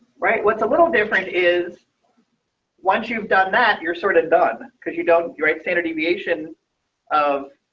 right. what's a little different, is once you've done that you're sort of done because you don't, you're a standard deviation of